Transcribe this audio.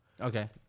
Okay